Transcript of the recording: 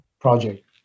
project